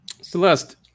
Celeste